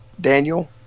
Daniel